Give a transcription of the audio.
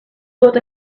got